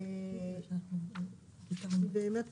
שבאמת